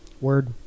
word